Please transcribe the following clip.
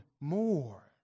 more